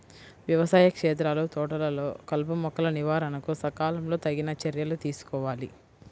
వ్యవసాయ క్షేత్రాలు, తోటలలో కలుపుమొక్కల నివారణకు సకాలంలో తగిన చర్యలు తీసుకోవాలి